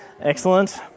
Excellent